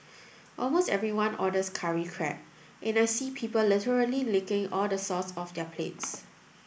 almost everyone orders curry crab and I see people literally licking all the sauce off their plates